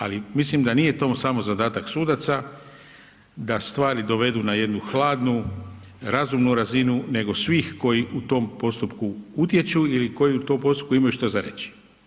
Ali mislim da nije to samo zadatak sudaca da stvari dovedu na jednu hladnu, razumnu razinu, nego svih koji u tom postupku utječu ili koji u tom postupku imaju šta za reći.